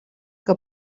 que